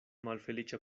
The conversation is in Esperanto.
malfeliĉa